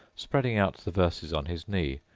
spreading out the verses on his knee,